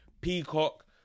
peacock